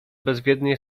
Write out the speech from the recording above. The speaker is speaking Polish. bezwiednie